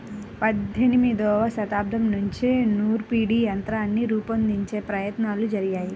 పద్దెనిమదవ శతాబ్దం నుంచే నూర్పిడి యంత్రాన్ని రూపొందించే ప్రయత్నాలు జరిగాయి